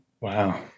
Wow